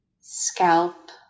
scalp